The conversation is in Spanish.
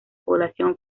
población